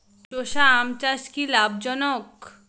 চোষা আম চাষ কি লাভজনক?